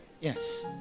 Yes